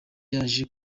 yaje